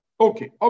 Okay